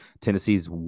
Tennessee's